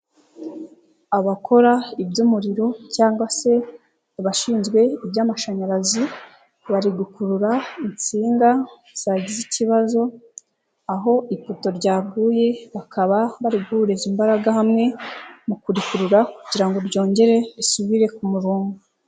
Abakora iby'umuriro cyangwa se abashinzwe iby'amashanyarazi, bari gukurura insinga zagize ikibazo aho ipoto ryaguye, bakaba bari guhuriza imbaraga hamwe mu kurikurura kugira ngo ryongere risubire ku murongo.